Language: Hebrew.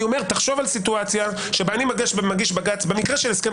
אני אומר שתחשוב על סיטואציה שאני מגיש בג"ץ במקרה של הסכם